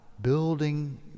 building